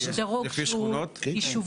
יש דירוג שהוא יישובי,